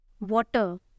Water